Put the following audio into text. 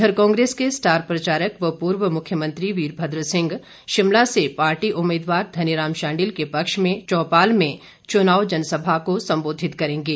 इधर कांग्रेस के स्टार प्रचारक व पूर्व मुख्यमंत्री वीरभद्र सिंह शिमला से पार्टी उम्मीदवार धनी राम शांडिल के पक्ष में चौपाल में चुनाव जनसभा करेंगे